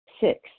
Six